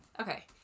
Okay